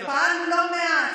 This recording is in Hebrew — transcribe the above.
שפעלנו לא מעט,